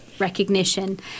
recognition